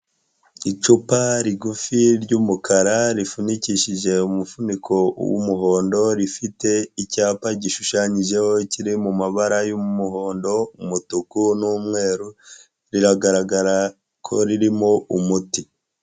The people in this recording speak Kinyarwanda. Icupa rigufi ry'umukara rifunikishije umufuniko w'umuhondo rifite icyapa gishushanyijeho kiri mumabara y'umuhondo, umutuku n'umweru biragaragara ko ririmo umuti.